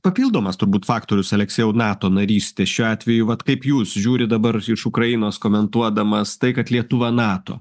papildomas turbūt faktorius aleksėjau nato narystės šiuo atveju vat kaip jūs žiūrit dabar iš ukrainos komentuodamas tai kad lietuva nato